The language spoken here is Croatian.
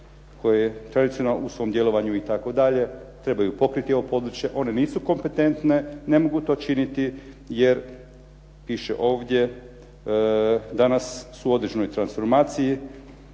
koje tradicionalno u svom djelovanju i tako dalje, trebaju pokriti ovo područje, one nisu kompetentne, ne mogu to činiti jer piše ovdje danas su u određenoj transformaciji